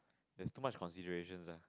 there's too much considerations eh